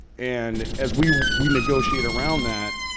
and as we we negotiate around that,